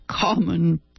common